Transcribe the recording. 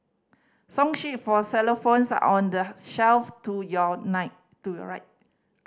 song sheet for xylophones are on the shelf to your night to your right